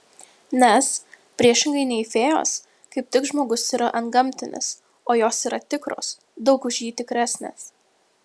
nes priešingai nei fėjos kaip tik žmogus yra antgamtinis o jos yra tikros daug už jį tikresnės